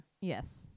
Yes